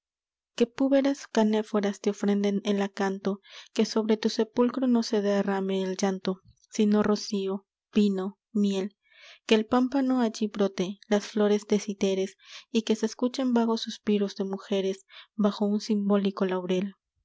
que púberes canéforas te ofrenden el acanto que sobre tu sepulcro no se derrame el llanto sino rocío vino miel que el pámpano allí brote las flores de citeres y que se escuchen vagos suspiros de mujeres bajo un simbólico laurel